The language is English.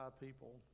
people